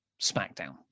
SmackDown